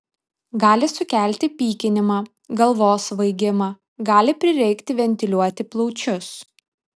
gali sukelti pykinimą galvos svaigimą gali prireikti ventiliuoti plaučius